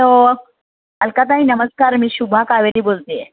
हो अलकाताई नमस्कार मी शुभा कावेरी बोलते आहे